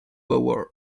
our